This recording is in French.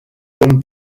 comme